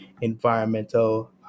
environmental